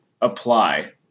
apply